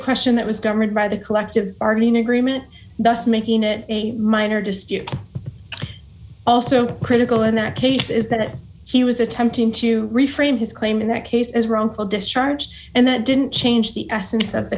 question that was governed by the collective bargaining agreement thus making it a minor dispute also critical in that case is that he was attempting to reframe his claim in that case as wrongful discharged and that didn't change the essence of the